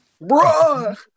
Bruh